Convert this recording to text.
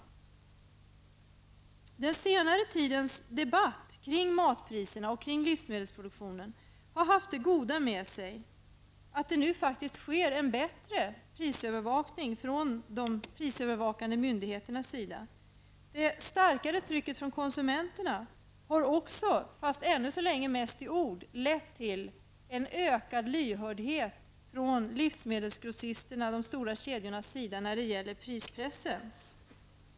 Den senaste tidens debatt kring matpriserna och livsmedelsproduktionen har haft det goda med sig att det nu faktiskt sker en bättre prisövervakning från de prisövervakande myndigheternas sida. Det starkare trycket från konsumenterna har också lett till -- ännu så länge dock mest i ord -- en ökad lyhörd från livsmedelsgrossisternas och de stora kedjornas sida när det gäller prispressen.